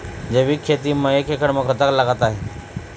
जैविक खेती म एक एकड़ म कतक लागत आथे?